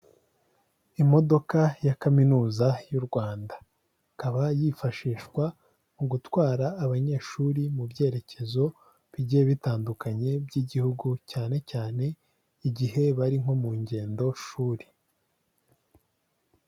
Imodoka ya kaminuza y'u Rwanda, ikaba yifashishwa mu gutwara abanyeshuri mu byerekezo bigiye bitandukanye by'igihugu cyane cyane igihe bari nko mu ngendo shuri.